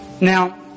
Now